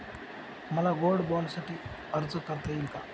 मला गोल्ड बाँडसाठी अर्ज करता येईल का?